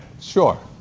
sure